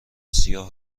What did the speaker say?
سیاه